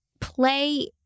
Play